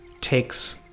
takes